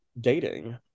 dating